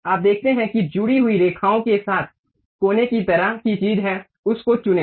आप देखते हैं कि जुड़ी हुई रेखाओं के साथ कोने की तरह की चीज है उस एक को चुनें